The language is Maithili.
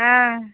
हँ